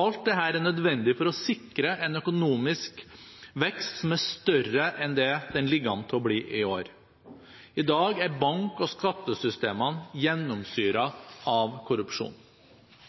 Alt dette er nødvendig for å sikre en økonomisk vekst som er større enn det den ligger an til å bli i år. I dag er bank- og skattesystemene gjennomsyret av korrupsjon.